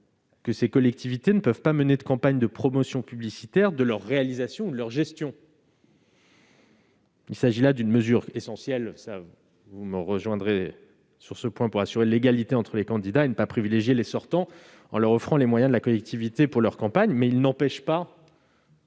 que ces collectivités ne peuvent pas mener de « campagne de promotion publicitaire » de leurs réalisations ou de leur gestion. Il s'agit là d'une mesure essentielle- vous me rejoindrez sur ce point, madame la sénatrice -pour assurer l'égalité entre les candidats et ne pas privilégier les sortants en leur offrant les moyens de la collectivité pour leur campagne. M. le rapporteur